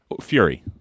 Fury